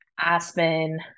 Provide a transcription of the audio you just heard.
Aspen